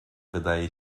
wydaje